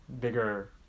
bigger